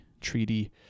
Treaty